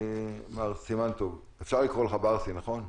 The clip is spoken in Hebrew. מר סימן טוב אפשר לקרוא לך ברסי, נכון?